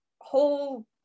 whole